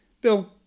Bill